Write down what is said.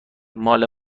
مال